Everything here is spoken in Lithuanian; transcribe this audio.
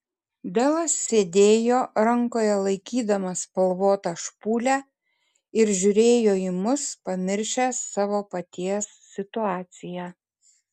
delas sėdėjo rankoje laikydamas spalvotą špūlę ir žiūrėjo į mus pamiršęs savo paties situaciją